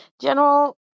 general